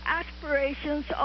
aspirations